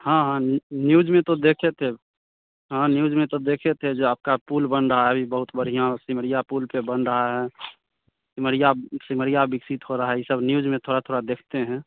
हाँ हाँ नि न्यूज़ में तो देखे थे हाँ न्यूज़ में तो देखे थे जे आपका पुल बन रहा है अभी बहुत बढ़िया सिमरिया पुल पर बन रहा है सिमरिया सिमरिया विकसित हो रहा है ये सब न्यूज़ में थोड़ा थोड़ा देखते हैं